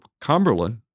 Cumberland